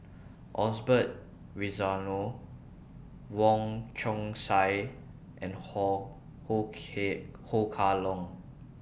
Osbert Rozario Wong Chong Sai and Ho Ho K Ho Kah Leong